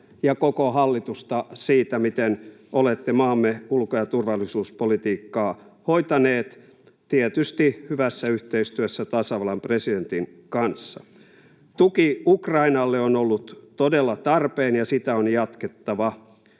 ja koko hallitusta siitä, miten olette maamme ulko- ja turvallisuuspolitiikkaa hoitaneet, tietysti hyvässä yhteistyössä tasavallan presidentin kanssa. Tuki Ukrainalle on ollut todella tarpeen, ja sitä on jatkettava.